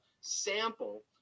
sample